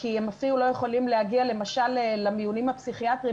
אבל אנחנו משתמשים באותו מפעיל של הביטחון התזונתי גם לפעולות אחרות,